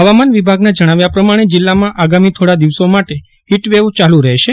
હવામાન વિભાગના જજ્ઞાવ્યા પ્રમાજ્ઞે જીલ્લામાં આગામી થોડા દિવસો માટે હીટ વેવ ચાલુ રહેશે